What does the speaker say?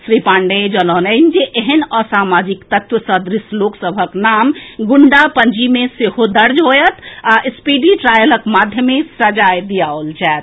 श्री पांडेय जनौलनि जे एहेन असामाजिक तत्व सदृश लोक सभक नाम गुंडा पंजी मे सेहो दर्ज होएत आ स्पीडी ट्रायलक माध्यमे सजाए दिआओल जाएत